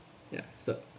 yeah so